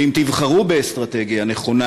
ואם תבחרו באסטרטגיה נכונה,